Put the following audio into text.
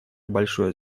большое